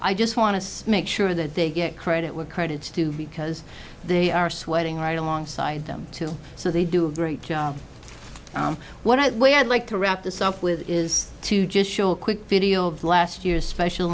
i just want to make sure that they get credit where credit's due because they are sweating right alongside them too so they do a great job what i say i'd like to wrap this up with is to just show a quick video of last year's special